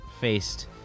faced